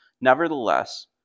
Nevertheless